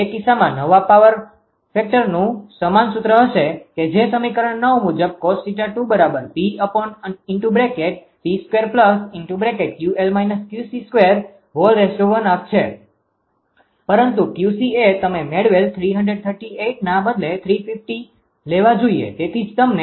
તે કિસ્સામાં નવા પાવર ફેક્ટરનુ સમાન સુત્ર હશે કે જે સમીકરણ મુજબ cos𝜃2 છે પરંતુ 𝑄𝐶 એ તમે મેળવેલ 338ના બદલે 350 લેવા જોઈએ તેથી જ તમને 0